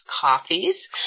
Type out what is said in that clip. coffees